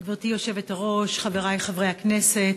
גברתי היושבת-ראש, חברי חברי הכנסת,